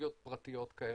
טכנולוגיות פרטיות כאלה.